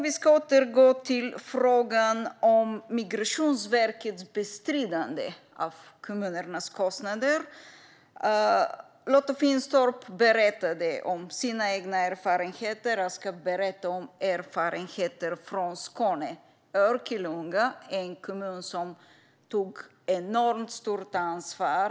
Nu ska vi återgå till frågan om Migrationsverkets bestridande av kommunernas kostnader. Lotta Finstorp berättade om sina erfarenheter. Jag ska berätta om erfarenheter från Skåne. Örkelljunga är en kommun som tog ett enormt stort ansvar.